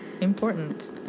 important